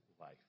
life